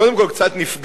קודם כול, קצת נפגעתי,